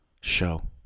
show